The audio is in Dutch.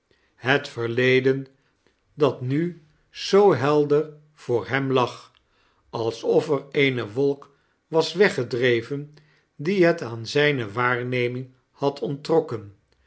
bet verleden dat nu zoo helder voor hem lag alsof er eene wolk was weggedreven die l t aan zijne waarnemdng had nttrokkem